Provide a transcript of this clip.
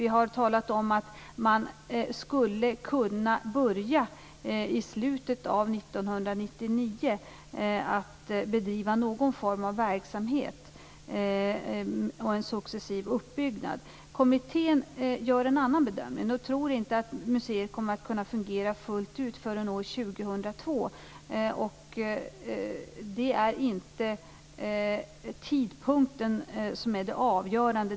Vi har talat om att man i slutet av 1999 skulle kunna börja att bedriva någon form av verksamhet och en successiv uppbyggnad. Kommittén gör en annan bedömning. Man tror inte att museet kommer att kunna fungera fullt ut före år 2002. Det är inte tidpunkten som är det avgörande.